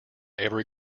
every